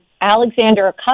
Alexander